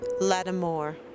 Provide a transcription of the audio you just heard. Lattimore